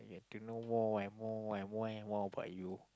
to know more and more and more and more about you